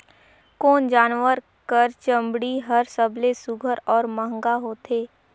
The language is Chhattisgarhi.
कोन जानवर कर चमड़ी हर सबले सुघ्घर और महंगा होथे?